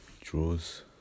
draws